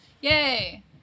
Yay